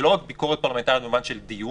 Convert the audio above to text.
זאת לא רק ביקורת פרלמנטרית במובן של דיון,